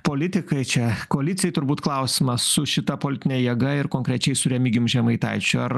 politikai čia koalicijai turbūt klausimas su šita politine jėga ir konkrečiai su remigijum žemaitaičiu ar